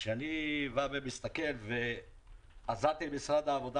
כשאני בא ומסתכל ועזרתי למשרד העבודה